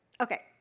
Okay